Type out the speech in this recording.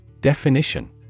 Definition